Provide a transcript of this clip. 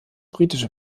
britische